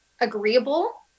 agreeable